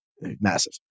Massive